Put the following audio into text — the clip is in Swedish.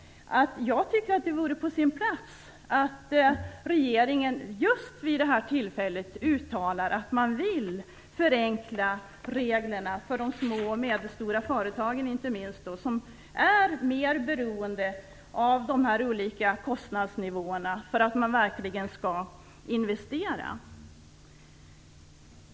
Jag tycker att det vore på sin plats att regeringen just vid det här tillfället uttalade att man vill förenkla reglerna, inte minst för de små och medelstora företagen som är mer beroende av de olika kostnadsnivåerna för att verkligen kunna investera.